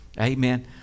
Amen